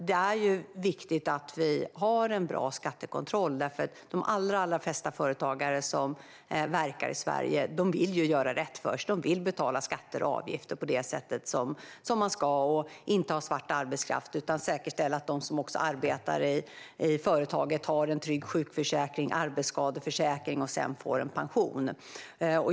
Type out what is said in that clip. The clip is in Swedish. Det är viktigt att vi har en bra skattekontroll. De allra flesta företagare som verkar i Sverige vill göra rätt för sig. De vill betala skatter och avgifter på det sätt som man ska. De vill inte ha svart arbetskraft utan säkerställa att de som arbetar i företaget har trygg sjukförsäkring, arbetsskadeförsäkring och sedan får pension.